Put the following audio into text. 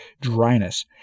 dryness